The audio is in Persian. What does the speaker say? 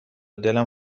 دلم